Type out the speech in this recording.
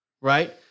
right